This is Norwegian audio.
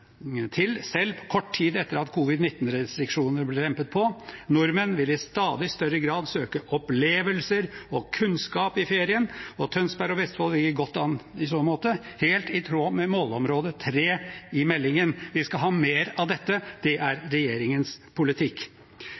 til selv kort tid etter at covid-19-restriksjonene ble lempet på. Nordmenn vil i stadig større grad søke opplevelser og kunnskap i ferien. Tønsberg og Vestfold ligger godt an i så måte – helt i tråd med målområde tre i meldingen. Vi skal ha mer av dette. Det er regjeringens politikk.